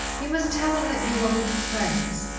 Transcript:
you must tell them that you were with friends,